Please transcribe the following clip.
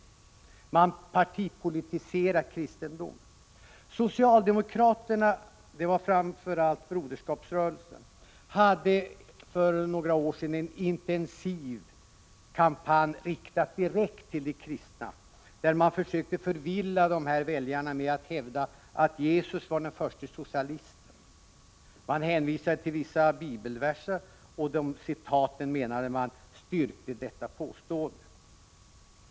Man partipolitiserar kristendomen. För ett antal år sedan drev socialdemokraterna — det var framför allt Broderskapsrörelsen — en intensiv kampanj riktad direkt till de kristna, där man försökte förvilla dessa väljare med att hävda att Jesus var den förste socialisten. Man hänvisade till vissa bibelverser, och de citaten menade man styrkte dessa påståenden.